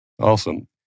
Awesome